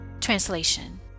Translation